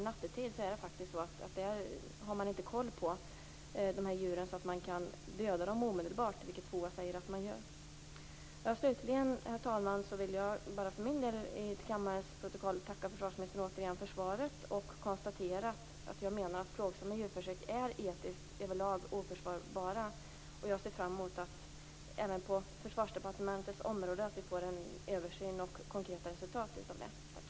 Nattetid sker det ingen kontroll av djuren så att det går att döda dem omedelbart - som FOA säger att man gör. Herr talman! Jag vill få fört till kammarens protokoll att jag tackar försvarsministern för svaret och konstatera att jag menar att plågsamma djurförsök är etiskt oförsvarbara. Jag ser fram emot att det inom Försvarsdepartementets område blir en översyn med konkreta resultat.